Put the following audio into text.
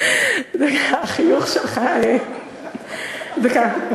החיוך שלך, דקה,